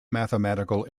mathematical